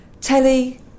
Telly